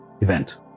event